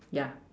ya